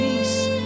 Peace